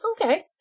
Okay